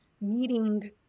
meeting